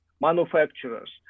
manufacturers